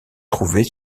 trouver